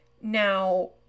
Now